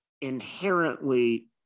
inherently